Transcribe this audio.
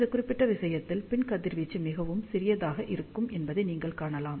இந்த குறிப்பிட்ட விஷயத்தில் பின் கதிர்வீச்சு மிகவும் சிறியதாக இருக்கும் என்பதை நீங்கள் காணலாம்